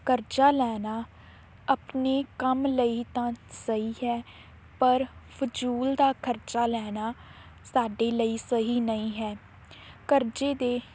ਕਰਜ਼ਾ ਲੈਣਾ ਆਪਣੇ ਕੰਮ ਲਈ ਤਾਂ ਸਹੀ ਹੈ ਪਰ ਫਜ਼ੂਲ ਦਾ ਕਰਜ਼ਾ ਲੈਣਾ ਸਾਡੇ ਲਈ ਸਹੀ ਨਹੀਂ ਹੈ ਕਰਜ਼ੇ ਦੇ